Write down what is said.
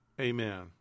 Amen